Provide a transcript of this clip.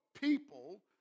people